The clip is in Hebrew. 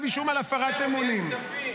אישום על הפרת אמונים ----- הוא ניהל כספים.